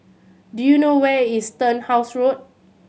do you know where is Turnhouse Road